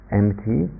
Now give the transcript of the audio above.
empty